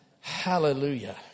Hallelujah